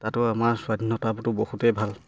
তাতো আমাৰ স্বাধীনতাটো বহুতেই ভাল